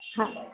हां